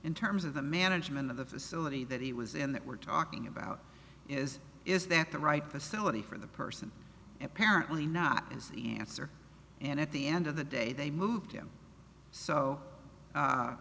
in terms of the management of the facility that he was in that we're talking about is is that the right facility for the person apparently not is the answer and at the end of the day they moved him so